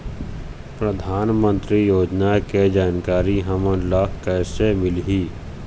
परधानमंतरी योजना के जानकारी हमन ल कइसे मिलही?